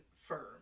firm